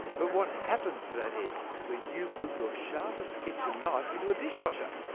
but what happens to that edge when you put your sharpest kitchen knife into a dishwasher?